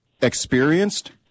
experienced